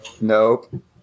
Nope